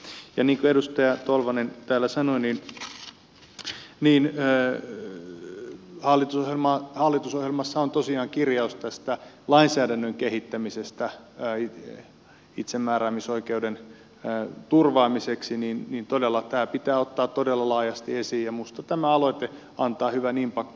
niin kuin edustaja tolvanen täällä sanoi hallitusohjelmassa on tosiaan kirjaus tästä lainsäädännön kehittämisestä itsemääräämisoikeuden turvaamiseksi ja todella tämä pitää ottaa todella laajasti esiin ja minusta tämä aloite antaa hyvän impaktin